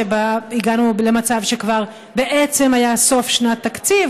שבה הגענו למצב שכבר בעצם סוף שנת תקציב,